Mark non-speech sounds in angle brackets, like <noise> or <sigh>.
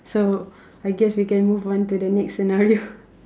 so I guess we can move on to the next scenario <laughs>